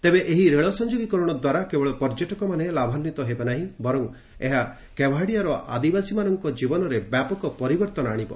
ତେବେ ଏହି ରେଳ ସଂଯୋଗୀକରଣ ଦ୍ୱାରା କେବଳ ପର୍ଯ୍ୟଟକମାନେ ଲାଭାନ୍ୱିତ ହେବେ ନାହିଁ ବର୍ଚ୍ଚ ଏହା କେୱାଡିଆର ଆଦିବାସୀମାନଙ୍କ ଜୀବନରେ ବ୍ୟାପକ ପରିବର୍ତ୍ତନ ଆଣିବ